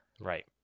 Right